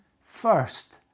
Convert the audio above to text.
first